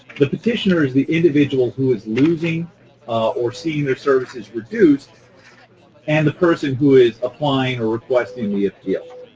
the petitioner is the individual who is losing or seeing their services reduced and the person who is applying or requesting the appeal.